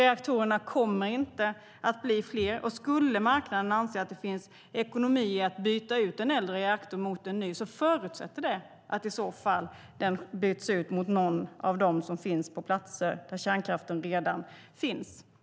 Reaktorerna kommer inte att bli fler, och skulle marknaden anse att det finns ekonomi i att byta ut en äldre reaktor mot en ny förutsätter det att den i så fall byts ut mot någon av dem som finns på platser där kärnkraft redan finns.